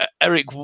Eric